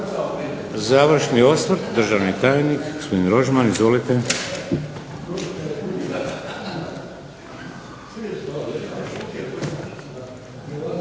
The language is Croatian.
Završni osvrt državni tajnik gospodin Rožman. Izvolite.